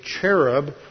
cherub